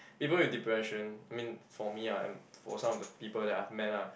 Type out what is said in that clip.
people with depression I mean for me ah and for some of the people that I've met lah